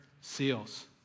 seals